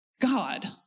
God